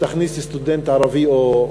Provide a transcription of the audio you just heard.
שתכניס סטודנט ערבי, או,